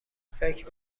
فکر